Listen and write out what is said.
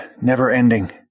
never-ending